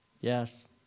Yes